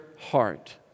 heart